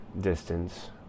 distance